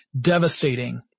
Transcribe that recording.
devastating